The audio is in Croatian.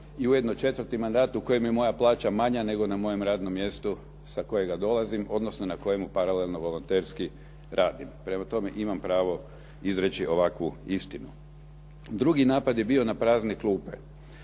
i ujedno i četvrti mandat u kojem je moja plaća manja nego na mojem radnom mjestu sa kojeg dolazim odnosno na kojemu paralelno volonterski radim. Prema tome, imam pravo izreći ovakvu istinu. Drugi napad je bio na prazne klupe.